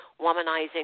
womanizing